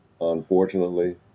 unfortunately